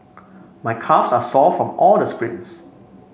my calves are sore from all the sprints